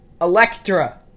Electra